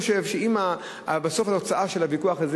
לכן אני חושב שאם בסוף התוצאה של הוויכוח הזה